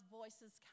voices